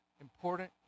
important